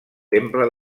temple